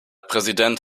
präsident